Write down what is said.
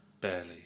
Barely